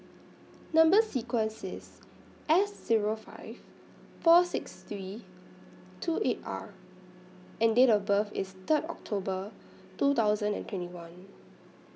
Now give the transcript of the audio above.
Number sequence IS S Zero five four six three two eight R and Date of birth IS Third October two thousand and twenty one